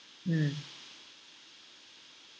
mm